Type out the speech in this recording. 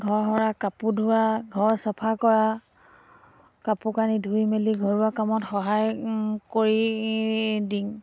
ঘৰ সৰা কাপোৰ ধোৱা ঘৰ চফা কৰা কাপোৰ কানি ধুই মেলি ঘৰুৱা কামত সহায় কৰি দি